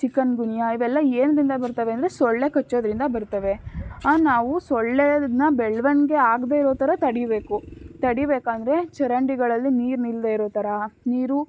ಚಿಕನ್ಗುನ್ಯಾ ಇವೆಲ್ಲ ಏನ್ರಿಂದ ಬರ್ತವೆ ಅಂದರೆ ಸೊಳ್ಳೆ ಕಚ್ಚೋದರಿಂದ ಬರ್ತವೆ ನಾವು ಸೊಳ್ಳೆನ ಬೆಳವಣ್ಗೆ ಆಗದೆ ಇರೋ ಥರ ತಡೀಬೇಕು ತಡೀಬೇಕು ಅಂದರೆ ಚರಂಡಿಗಳಲ್ಲಿ ನೀರು ನಿಲ್ಲದೆ ಇರೋ ಥರ ನೀರು